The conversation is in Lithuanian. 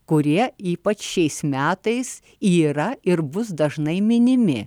kurie ypač šiais metais yra ir bus dažnai minimi